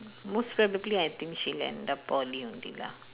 most probably I think she'll end up poly only lah